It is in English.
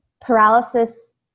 Paralysis